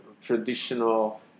traditional